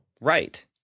Right